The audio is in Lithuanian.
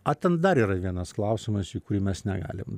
a ten dar yra vienas klausimas į kurį mes negalim